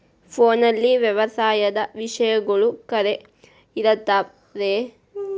ಫೋನಲ್ಲಿ ವ್ಯವಸಾಯದ ವಿಷಯಗಳು ಖರೇ ಇರತಾವ್ ರೇ?